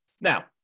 Now